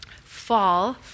Fall